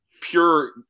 pure